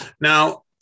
Now